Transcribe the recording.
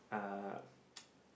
uh